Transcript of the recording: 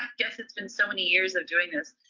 guess it's been so many years of doing this,